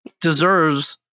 deserves